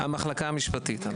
המחלקה המשפטית.